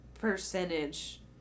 percentage